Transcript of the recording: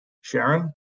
Sharon